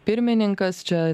pirmininkas čia